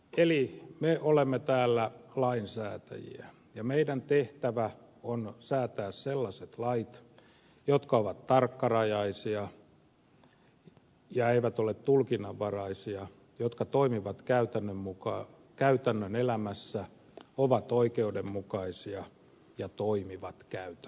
eli me olemme täällä lainsäätäjiä ja meidän tehtävämme on säätää sellaiset lait jotka ovat tarkkarajaisia eivät ole tulkinnanvaraisia ja jotka toimivat käytännön elämässä ovat oikeudenmukaisia ja toimivat käytännössä